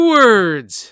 words